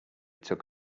took